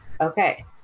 Okay